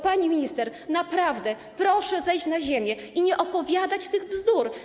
Pani minister, naprawdę, proszę zejść na ziemię i nie opowiadać tych bzdur.